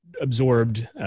absorbed